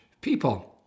people